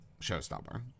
showstopper